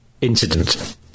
incident